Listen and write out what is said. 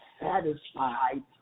satisfied